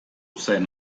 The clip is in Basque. zen